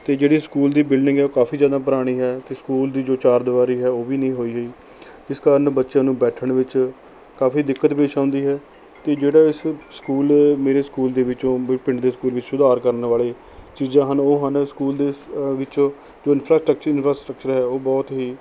ਅਤੇ ਜਿਹੜੇ ਸਕੂਲ ਦੀ ਬਿਲਡਿੰਗ ਹੈ ਉਹ ਕਾਫੀ ਜ਼ਿਆਦਾ ਪੁਰਾਣੀ ਹੈ ਅਤੇ ਸਕੂਲ ਦੀ ਜੋ ਚਾਰ ਦੀਵਾਰੀ ਹੈ ਉਹ ਵੀ ਨਹੀਂ ਹੋਈ ਹੋਈ ਜਿਸ ਕਾਰਨ ਬੱਚਿਆਂ ਨੂੰ ਬੈਠਣ ਵਿੱਚ ਕਾਫੀ ਦਿੱਕਤ ਪੇਸ਼ ਆਉਂਦੀ ਹੈ ਅਤੇ ਜਿਹੜਾ ਇਸ ਸਕੂਲ ਮੇਰੇ ਸਕੂਲ ਦੇ ਵਿੱਚੋਂ ਵਿ ਪਿੰਡ ਦੇ ਸਕੂਲ ਵਿੱਚ ਸੁਧਾਰ ਕਰਨ ਬਾਰੇ ਚੀਜ਼ਾਂ ਹਨ ਉਹ ਹਨ ਸਕੂਲ ਦੇ ਵਿੱਚ ਜੋ ਇਨਫਰਾਸਟਕਚਰ ਇਨਫਰਾਸਟਕਚਰ ਹੈ ਉਹ ਬਹੁਤ ਹੀ